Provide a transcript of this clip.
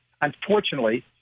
unfortunately